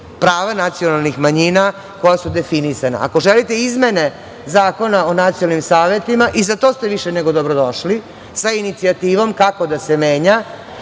prava nacionalnih manjina koja su definisana. Ako želite izmene Zakona o nacionalnim savetima, i za to ste više nego dobrodošli sa inicijativom kako da se menja,